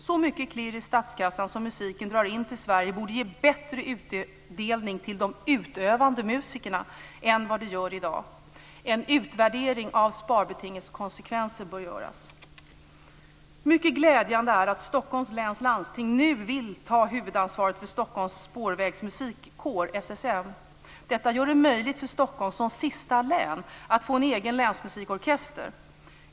Så mycket klirr i statskassan som musiken drar in till Sverige borde det ge bättre utdelning till de utövande musikerna än vad det gör i dag. En utvärdering av sparbetingets konsekvenser bör göras. Mycket glädjande är att Stockholms läns landsting nu vill ta huvudansvaret för Stockholms Spårvägsmäns Musikkår, SSM. Detta gör det möjligt för Stockholm som sista län att få en egen länsmusikorkester.